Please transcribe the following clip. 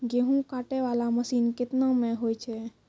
गेहूँ काटै वाला मसीन केतना मे होय छै?